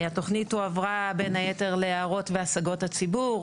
התוכנית הועברה בין היתר להערות והשגות הציבור.